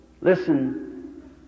Listen